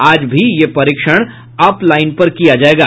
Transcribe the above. आज भी यह परीक्षण अप लाईन पर किया जायेगा